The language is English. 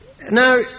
Now